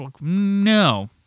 No